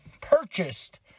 purchased